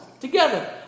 together